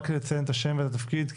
רק לציין את השם ואת התפקיד,